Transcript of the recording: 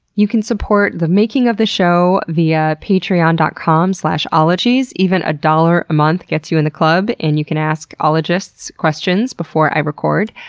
you can support the making of this show via patreon dot com slash ologies. even a dollar a month gets you in the club. and you can ask ologists questions before i record.